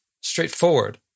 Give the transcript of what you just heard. straightforward